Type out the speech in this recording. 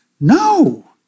No